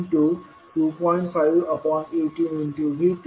518V2 0